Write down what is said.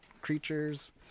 creatures